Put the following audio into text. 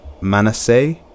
Manasseh